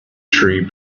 tree